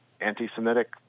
anti-Semitic